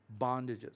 bondages